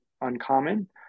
uncommon